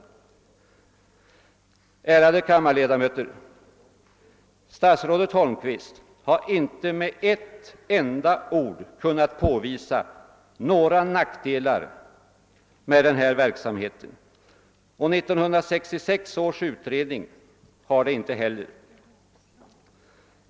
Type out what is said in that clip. Ärade kammarledamöter! Statsrådet Holmqvist har inte med ett enda ord kunnat påvisa några nackdelar med denna verksamhet, och 1966 års utredning kunde det inte heller.